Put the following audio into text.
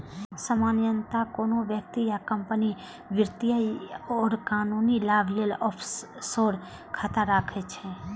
सामान्यतः कोनो व्यक्ति या कंपनी वित्तीय आ कानूनी लाभ लेल ऑफसोर खाता राखै छै